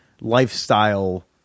lifestyle